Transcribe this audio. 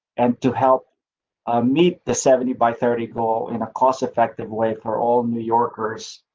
and to help meet the seventy by thirty goal in a cost effective way, for all new yorkers.